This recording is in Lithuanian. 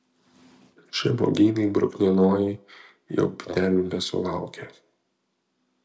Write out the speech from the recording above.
žemuogynai bruknienojai jau bitelių nesulaukia